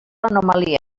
anomalia